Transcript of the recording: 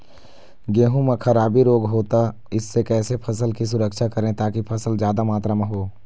गेहूं म खराबी रोग होता इससे कैसे फसल की सुरक्षा करें ताकि फसल जादा मात्रा म हो?